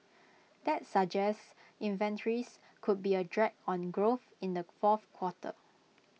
that suggests inventories could be A drag on growth in the fourth quarter